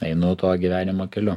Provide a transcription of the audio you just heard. einu tuo gyvenimo keliu